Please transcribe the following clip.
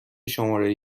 شماره